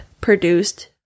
produced